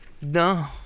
No